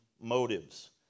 motives